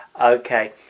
okay